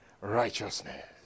righteousness